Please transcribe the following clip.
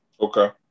Okay